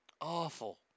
Awful